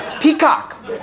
Peacock